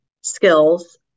skills